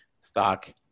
Stock